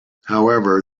however